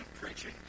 preaching